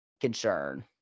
concern